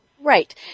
Right